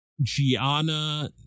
Gianna